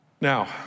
Now